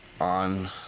on